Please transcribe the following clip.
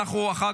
קובע כי